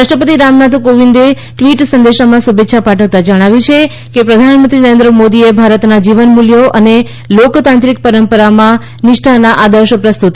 રાષ્ટ્રપતિ રામનાથ કોવિંદે ટ્વી સંદેશમાં શુભેચ્છા પાઠવતા જણાવ્યું કે પ્રધાનમંત્રી નરેન્દ્ર મોદીએ ભારતના જીવનમૂલ્યો અને લોકતાંત્રિક પરંપરામાં નિષ્ઠાનો આદર્શ પ્રસ્તુત કર્યા છે